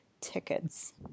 tickets